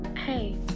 Hey